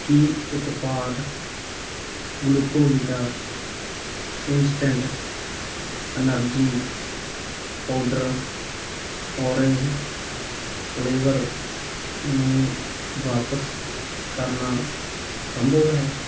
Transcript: ਕੀ ਉਤਪਾਦ Glucovita instant energy powder orange flavour ਨੂੰ ਵਾਪਸ ਕਰਨਾ ਸੰਭਵ ਹੈ